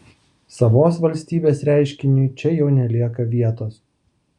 savos valstybės reiškiniui čia jau nelieka vietos